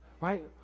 right